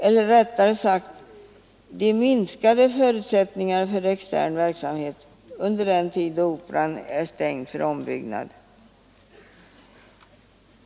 Eller rättare sagt: de minskade förutsättningarna för extern verksamhet under den tid då Operan är stängd för ombyggnad.